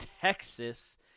Texas